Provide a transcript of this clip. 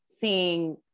seeing